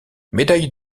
médaille